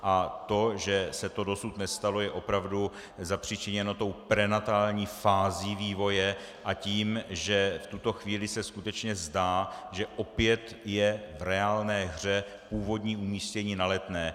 A to, že se to dosud nestalo, je opravdu zapříčiněno prenatální fází vývoje a tím, že v tuto chvíli se skutečně zdá, že opět je v reálné hře původní umístění na Letné.